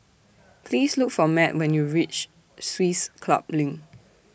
Please Look For Matt when YOU REACH Swiss Club LINK